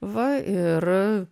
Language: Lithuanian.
va ir